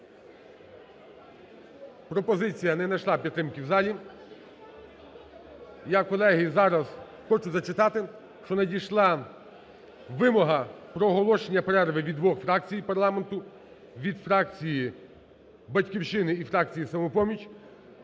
Пропозиція не знайшла підтримки в залі. Я, колеги, зараз хочу зачитати, що надійшла вимога про оголошення перерви від двох фракцій парламенту: від фракції "Батьківщини" і фракції "Самопоміч".